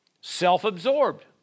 self-absorbed